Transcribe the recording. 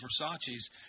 Versace's